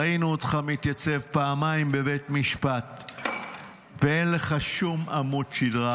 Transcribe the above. ראינו אותך מתייצב פעמיים בבית משפט ואין לך שום עמוד שדרה,